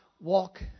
walk